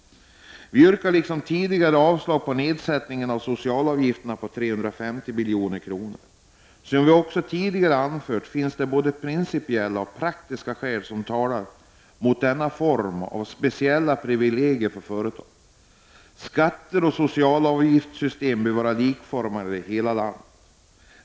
Vi yrkar, liksom tidigare, avslag när det gäller nedsättningen av socialutgifterna med 350 milj.kr. Som vi också tidigare anfört finns det både principiella och praktiska skäl som talar mot denna reform av speciella privilegier för företag. Skatteoch socialavgiftssystemet bör vara likformigt i hela landet.